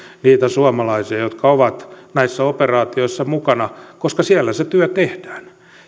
niitä suomalaisia jotka ovat näissä operaatioissa mukana koska siellä se työ tehdään